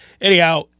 Anyhow